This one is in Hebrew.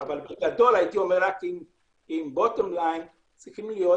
בגדול הייתי אומר, צריך להיות